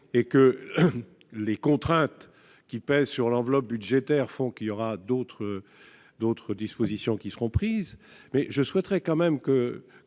et que les contraintes qui pèsent sur l'enveloppe budgétaire font qu'il y aura d'autres, d'autres dispositions qui seront prises, mais je souhaiterais quand même que